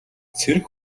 цэрэг